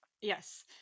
Yes